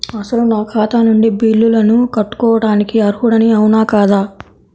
అసలు నా ఖాతా నుండి బిల్లులను కట్టుకోవటానికి అర్హుడని అవునా కాదా?